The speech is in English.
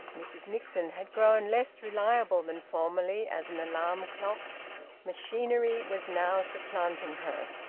mrs nixon had grown less reliable than formerly as an alarm clock machinery was now supplanting her.